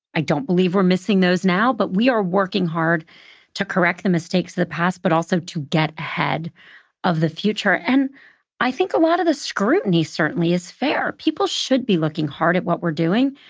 i don't believe we're missing those now. but we are working hard to correct the mistakes of the past, but also, to get ahead of the future. and i think a lot of the scrutiny certainly is fair. people should be looking hard at what we're doing.